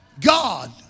God